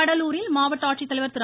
கடலூரில் மாவட்ட ஆட்சித்தலைவர் திரு